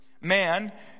Man